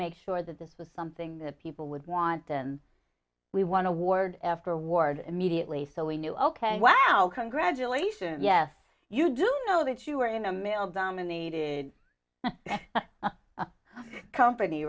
make sure that this was something that people would want and we want to ward after ward immediately so we knew ok wow congratulations yes you do know that you are in a male dominated company